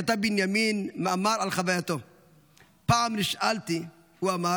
כתב בנימין מאמר על חווייתו: "פעם נשאלתי" הוא אמר,